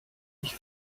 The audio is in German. ich